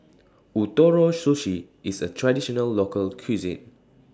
Ootoro Sushi IS A Traditional Local Cuisine